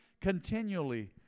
Continually